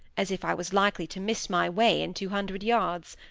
as if i was likely to miss my way in two hundred yards.